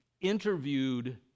interviewed